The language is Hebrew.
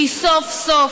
כי סוף-סוף,